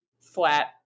flat